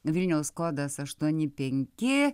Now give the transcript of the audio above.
vilniaus kodas aštuoni penki